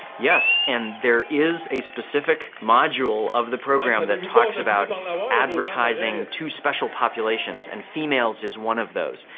yes, and there is a specific module of the program that talks about advertising to special populations, and females is one of those.